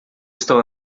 estão